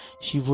shall